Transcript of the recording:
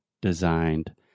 designed